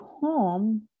home